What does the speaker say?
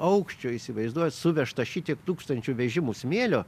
aukščio įsivaizduojat suvežta šitiek tūkstančių vežimų smėlio